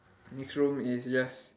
next room is just